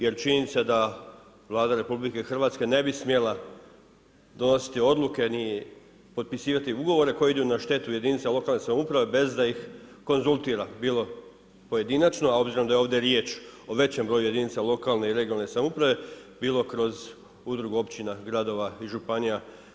Jer činjenica da Vlada RH ne bi smjela donositi odluke ni potpisivati ugovore koji idu na štetu jedinica lokalne samouprave bez da ih konzultira bilo pojedinačno, a obzirom da je ovdje riječ o većem broju jedinica lokalne i regionalne samouprave, bilo kroz udrugu općina, gradova i županija.